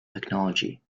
technology